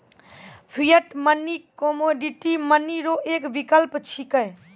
fiat money commodity money रो एक विकल्प छिकै